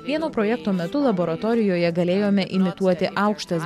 vieno projekto metu laboratorijoje galėjome imituoti aukštas